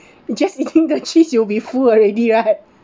just eating the cheese you'll be full already right